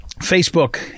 Facebook